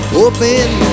hoping